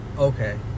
Okay